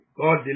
God